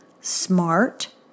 smart